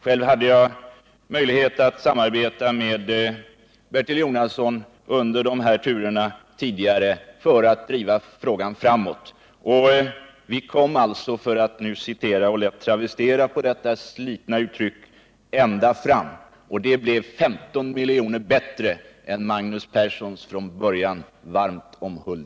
Själv hade jag tidigare under de här turerna möjlighet att samarbeta med Bertil Jonasson, och vi försökte då att föra frågan framåt. Vi nådde alltså, för att lätt travestera ett slitet uttryck, ända fram. Det är 15 milj.kr. bättre än det av Magnus Persson från början varmt omhuldade förslaget.